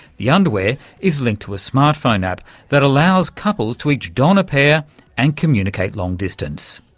the underwear is linked to a smart phone app that allows couples to each don a pair and communicate long distance.